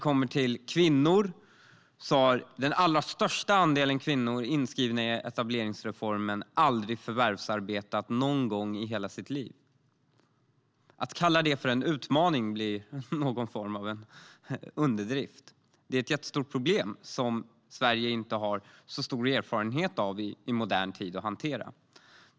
Bland kvinnor har den största andelen kvinnor inskrivna i etableringsreformen aldrig förvärvsarbetat någon gång i hela sitt liv. Att kalla det för en utmaning är en underdrift - det är ett jättestort problem som Sverige i modern tid inte har haft erfarenhet av att hantera.